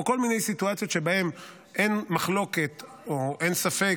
או כל מיני סיטואציות שבהן אין מחלוקת או אין ספק